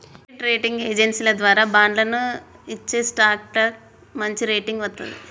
credit rating ఏజెన్సీల ద్వారా బాండ్లను ఇచ్చేస్టాక్లకు మంచిరేటింగ్ వత్తది